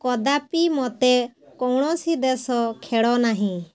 କଦାପି ମୋତେ କୌଣୋସି ଦେଶ ଖେଳ ନାହିଁ